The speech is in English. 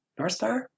Northstar